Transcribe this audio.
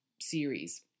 series